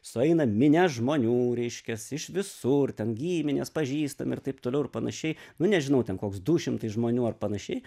sueina minia žmonių reiškias iš visur ten giminės pažįstami ir taip toliau ir panašiai nu nežinau ten koks du šimtai žmonių ar panašiai